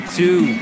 two